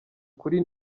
kuri